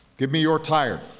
give me your tired,